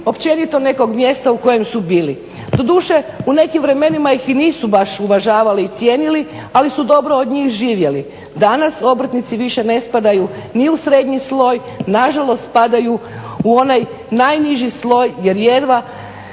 općenito nekog mjesta u kojem su bili. Doduše, u nekim vremenima ih i nisu baš uvažavali i cijenili ali su dobro od njih živjeli. Danas obrtnici više ne spadaju ni u srednji sloj, nažalost spadaju u onaj najniži sloj jer jedva